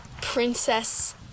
Princess